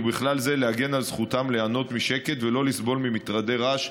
ובכלל זה להגן על זכותם ליהנות משקט ולא לסבול ממטרדי רעש,